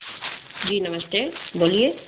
जी नमस्ते बोलिए